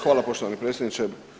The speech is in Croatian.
Hvala poštovani predsjedniče.